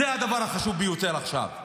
זה הדבר החשוב ביותר עכשיו.